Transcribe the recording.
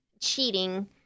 cheating